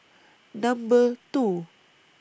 Number two